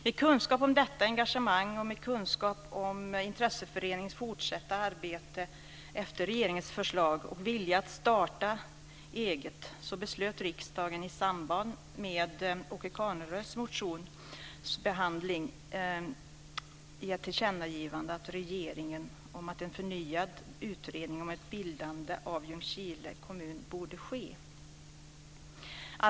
Med kunskap om detta engagemang, intresseföreningens fortsatta arbete efter regeringens förslag, och viljan att starta eget beslöt riksdagen i samband behandlingen av Åke Canerös motion att ge ett tillkännagivande till regeringen om att en förnyad utredning av bildande av Ljungskile kommun borde ske.